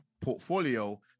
portfolio